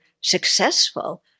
successful